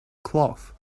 cloth